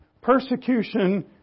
persecution